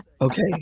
Okay